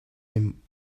een